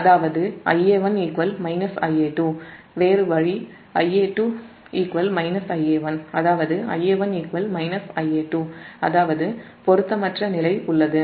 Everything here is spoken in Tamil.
அதாவதுIa1 Ia2 வேறு வழி Ia2 Ia1 அதாவது Ia1 Ia2 அதாவது பொருத்தமற்ற நிலை உள்ளது